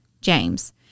James